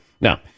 Now